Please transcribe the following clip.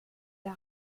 der